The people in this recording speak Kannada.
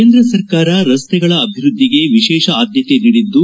ಕೇಂದ್ರ ಸರಕಾರ ರಸ್ತೆಗಳ ಅಭಿವೃದ್ಧಿಗೆ ವಿಶೇಷ ಆದ್ಯತೆ ನೀಡಿದ್ದು